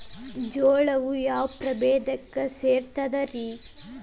ಜೋಳವು ಯಾವ ಪ್ರಭೇದಕ್ಕ ಸೇರ್ತದ ರೇ?